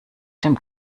dem